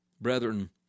Brethren